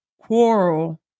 quarrel